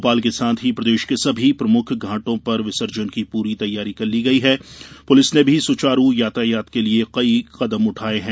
भोपाल के साथ ही प्रदेश के सभी प्रमुख घाटों पर विसर्जन की पूरी तैयारी कर ली गई है पुलिस ने भी सुचारू यातायात के लिये कई कदम उठाये हैं